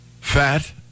fat